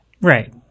Right